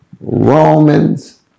Romans